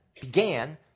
began